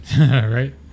Right